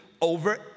over